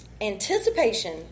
Anticipation